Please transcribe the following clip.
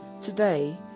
today